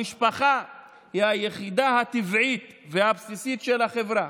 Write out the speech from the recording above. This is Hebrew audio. המשפחה היא היחידה הטבעית והבסיסית של החברה